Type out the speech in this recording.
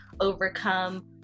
overcome